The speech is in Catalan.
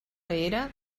era